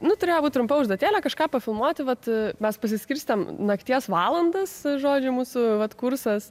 nu turėjo būt trumpa užduotėlė kažką filmuoti vat mes pasiskirstėm nakties valandas žodžiu mūsų vat kursas